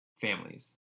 families